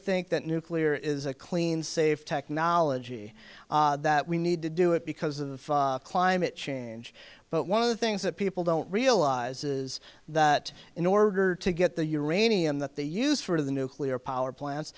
think that nuclear is a clean safe technology that we need to do it because of climate change but one of the things that people don't realize is that in order to get the uranium that they use for the nuclear power plants